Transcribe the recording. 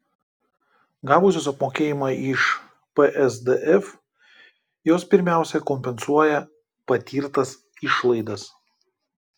gavusios apmokėjimą iš psdf jos pirmiausia kompensuoja patirtas išlaidas